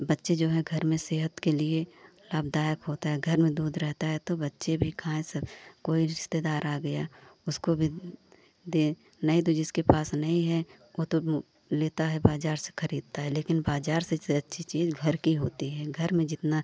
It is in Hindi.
बच्चे जो है घर में सेहत के लिए लाभदायक होता है घर में दूध रहता है तो बच्चे भी खाएं सब कोई रिश्तेदार आ गया उसको भी दें नहीं तो जिसके पास नहीं है वह तो लेता है बाज़अर से ख़रीदता है लेकिन बाज़ार से अच्छी चीज़ घर की होती है घर में जितना